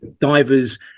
divers